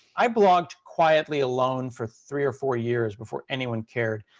i blogged quietly alone for three or four years before anyone cared.